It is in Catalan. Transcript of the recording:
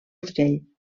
urgell